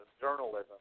journalism